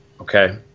Okay